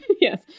yes